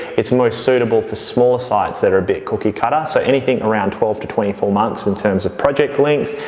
it's most suitable for small sites that are a bit cookie cutter. so, anything around twelve to twenty four months in terms of project link,